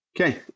Okay